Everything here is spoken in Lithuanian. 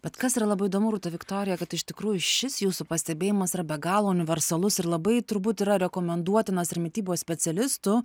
bet kas yra labiau įdomu rūta viktorija kad iš tikrųjų šis jūsų pastebėjimas yra be galo universalus ir labai turbūt yra rekomenduotinas ir mitybos specialistų